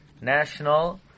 National